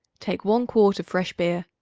take one quart of fresh beer.